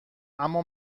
اما